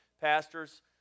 pastors